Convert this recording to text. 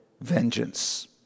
vengeance